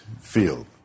field